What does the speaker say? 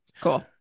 Cool